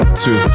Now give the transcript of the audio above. two